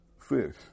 Fish